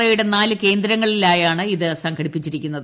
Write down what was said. O യുടെ നാല് കേന്ദ്രങ്ങളിലായാണ് ഇത് സംഘടിപ്പിച്ചിരിക്കുന്നത്